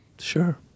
Sure